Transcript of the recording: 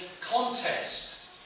contest